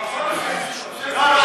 חזן,